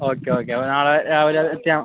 okay okay അപ്പം നാളെ രാവിലെ എത്തിയാൽ